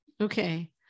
Okay